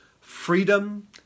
Freedom